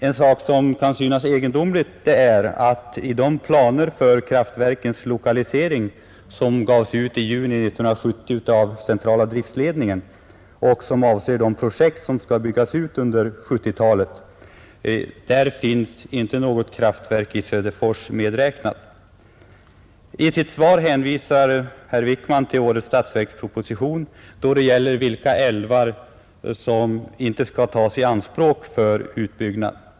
En sak som kan synas egendomlig är att det i de planer för kraftverkslokalisering, som gavs ut i juni 1970 av centrala driftsledningen och som avser de projekt som skall byggas ut under 1970-talet, inte har räknats med något kraftverk i Söderfors. I sitt svar hänvisar herr Wickman till årets statsverksproposition då det gäller vilka älvar som inte skall tas i anspråk för utbyggnad.